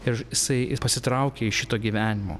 ir jisai ir pasitraukė iš šito gyvenimo